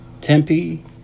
Tempe